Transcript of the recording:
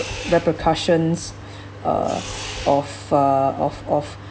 repercussions uh of uh of of